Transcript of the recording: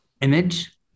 image